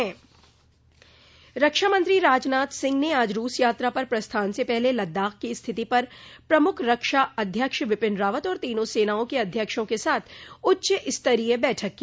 रक्षामंत्री राजनाथ सिंह ने आज रूस यात्रा पर प्रस्थान से पहले लद्दाख की स्थिति पर प्रमुख रक्षा अध्यक्ष बिपिन रावत और तीनों सेनाओं के अध्यक्षों के साथ उच्चस्तरीय बैठक की